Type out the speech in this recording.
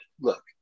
look